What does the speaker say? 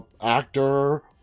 actor